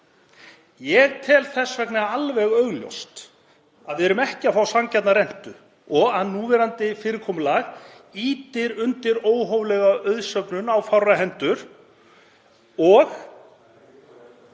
Ég tel þess vegna augljóst að við fáum ekki sanngjarna rentu og að núverandi fyrirkomulag ýti undir óhóflega auðsöfnun á fárra hendur og